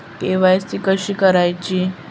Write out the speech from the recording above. KYC कशी करायची?